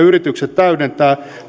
yritykset täydentävät